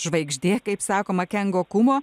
žvaigždė kaip sakoma kengo kuma